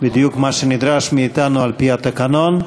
בדיוק מה שנדרש מאתנו על-פי התקנון.